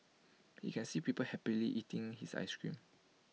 he can see people happily eating his Ice Cream